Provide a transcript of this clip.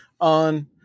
on